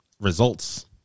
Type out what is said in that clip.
results